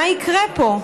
מה יקרה פה?